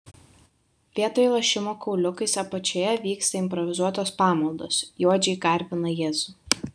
vietoj lošimo kauliukais apačioje vyksta improvizuotos pamaldos juodžiai garbina jėzų